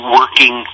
working